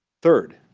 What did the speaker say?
third,